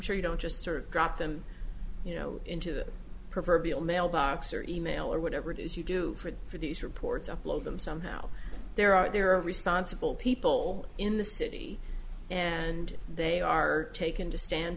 sure you don't just sort of drop them you know into the proverbial mailbox or e mail or whatever it is you do for these reports upload them somehow there are there are responsible people in the city and they are taken to stand